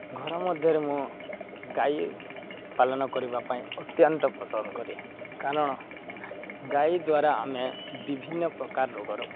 ଘର ମଧ୍ୟରେ ମୁଁ ଗାଈ ପାଳନ କରିବା ପାଇଁ ଅତ୍ୟନ୍ତ ପସନ୍ଦ କରେ କାରଣ ଗାଈ ଦ୍ୱାରା ଆମେ ବିଭିନ୍ନପ୍ରକାର ରୋଗରୁ ମୁକ୍ତ ହେଉ